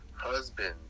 husband